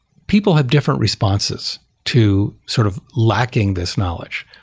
people have different responses to sort of lacking this knowledge.